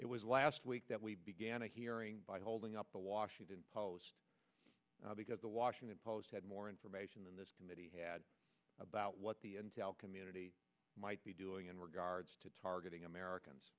it was last week that we began a hearing by holding up the washington post now because the washington post had more information than this committee had about what the intel community might be doing and were guards to targeting americans